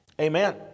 Amen